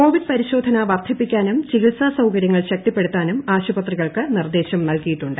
Covid പരിശോധന വർദ്ധിപ്പിക്കാനും ചികിൽസാ സൌകര്യങ്ങൾ ശക്തിപ്പെടുത്താനും ആശുപത്രികൾക്ക് നിർദ്ദേശം നൽകിയിട്ടുണ്ട്